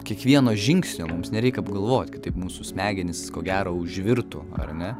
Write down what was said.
kiekvieno žingsnio mums nereik apgalvot kitaip mūsų smegenys ko gero užvirtų ar ne